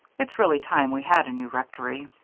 it's really time we had a new rectory.